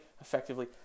effectively